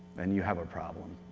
then you have a problem.